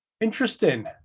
Interesting